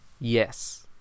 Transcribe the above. Yes